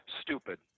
stupid